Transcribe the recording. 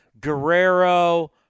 Guerrero